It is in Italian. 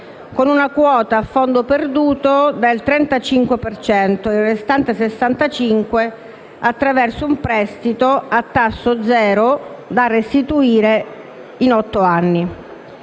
con una quota a fondo perduto del 35 per cento e il restante 65 per cento attraverso un prestito a tasso zero da restituire in otto anni.